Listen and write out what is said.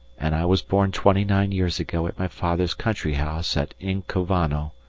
and i was born twenty-nine years ago at my father's country house at inkovano,